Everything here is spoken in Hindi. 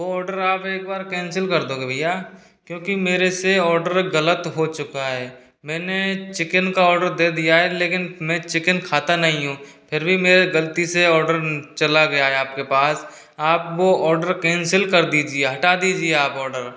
वो आर्डर आप एक बार कैन्सल कर दोगे भईया क्योंकि मेरे से ऑडर गलत हो चुका है मैंने चिकन का ऑर्डर दे दिया है लेकिन मैं चिकन खाता नहीं हूँ फिर भी मेरा गलती से ऑर्डर चला गया है आपके पास आप वो ऑर्डर कैन्सल कर दीजिए हटा दीजिए आप ऑर्डर